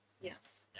Yes